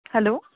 hello